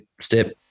step